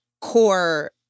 core